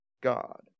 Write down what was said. god